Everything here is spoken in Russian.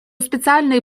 специальные